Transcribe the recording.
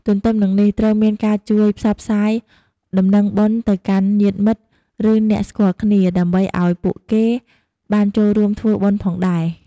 ទទ្ទឹមនឹងនេះត្រូវមានការជួយផ្សព្វផ្សាយដំណឹងបុណ្យទៅដល់ញាតិមិត្ត ឬអ្នកស្គាល់គ្នា ដើម្បីឱ្យពួកគេបានចូលរួមធ្វើបុណ្យផងដែរ។